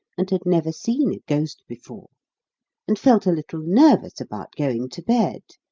and had never seen a ghost before and felt a little nervous about going to bed.